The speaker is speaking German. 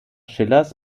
schillers